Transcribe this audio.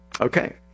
Okay